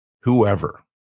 whoever